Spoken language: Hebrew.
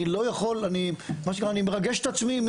אני מרגש את עצמי,